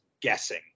guessing